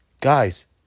Guys